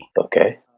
Okay